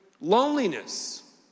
loneliness